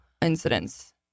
incidents